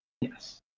yes